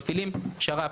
מפעילים שר"פ.